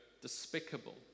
despicable